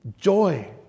Joy